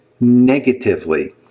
negatively